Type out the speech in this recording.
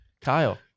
Kyle